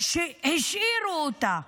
השאירו אותה,